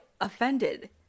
offended